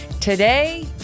Today